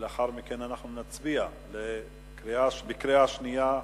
ולאחר מכן אנחנו נצביע בקריאה השנייה.